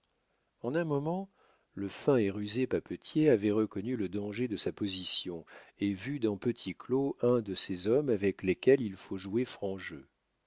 en un moment le fin et rusé papetier avait reconnu le danger de sa position et vu dans petit claud un de ces hommes avec lesquels il faut jouer franc